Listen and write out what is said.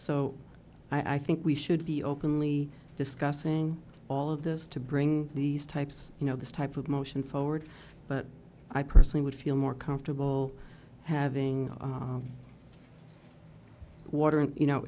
so i think we should be openly discussing all of this to bring these types you know this type of motion forward but i personally would feel more comfortable having water and you know